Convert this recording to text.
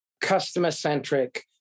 customer-centric